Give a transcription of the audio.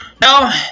Now